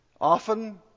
often